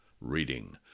Reading